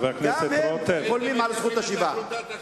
גם הם חולמים על זכות השיבה.